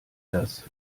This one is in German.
das